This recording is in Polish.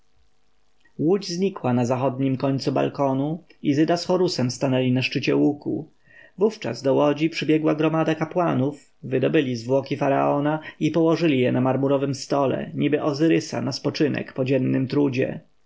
łódź znikła na zachodnim końcu balkonu izyda z horusem stanęli na szczycie łuku wówczas do łodzi przybiegła gromada kapłanów wydobyli zwłoki faraona i położyli je na marmurowym stole niby ozyrysa na spoczynek po dziennym trudzie